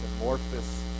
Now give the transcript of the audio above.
amorphous